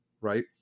Right